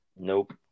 Nope